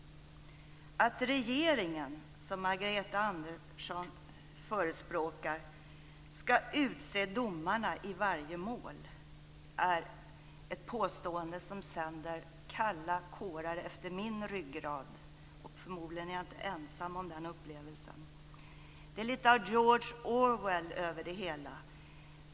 Att regeringen skall utse domarna i varje mål, som Margareta Andersson förespråkar, är ett påstående som sänder kalla kårar efter min ryggrad. Förmodligen är jag inte ensam om den upplevelsen. Det är litet av George Orwell över det hela.